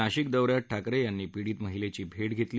नाशिक दौऱ्यात ठाकरेयांनी पीडित महिलेची भेट घेतली